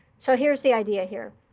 so here's the idea here.